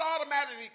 automatically